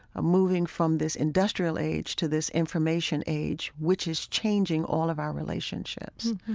ah moving from this industrial age to this information age, which is changing all of our relationships.